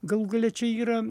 galų gale čia yra